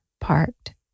parked